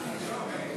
התקבלה.